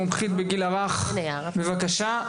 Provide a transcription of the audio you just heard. מומחית בגיל הרך, בבקשה.